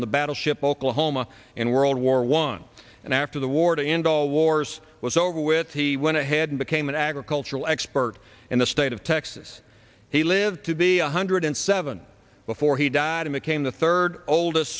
in the battleship oklahoma in world war one and after the war to end all wars was over with he went ahead and became an agricultural expert in the state of texas he lived to be one hundred seven before he died and it came the third oldest